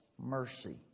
mercy